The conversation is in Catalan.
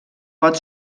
pot